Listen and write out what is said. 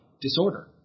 disorder